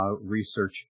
research